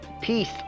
Peace